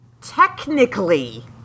Technically